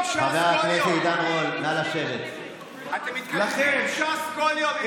אתם מתקזזים עם ש"ס כל יום,